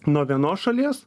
nuo vienos šalies